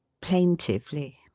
plaintively